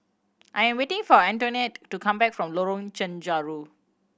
I am waiting for Antoinette to come back from Lorong Chencharu